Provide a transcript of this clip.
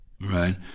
right